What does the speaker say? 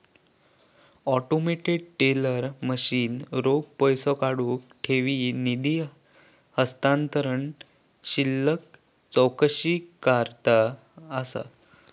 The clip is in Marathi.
ऑटोमेटेड टेलर मशीन रोख पैसो काढुक, ठेवी, निधी हस्तांतरण, शिल्लक चौकशीकरता असा